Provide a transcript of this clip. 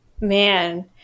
Man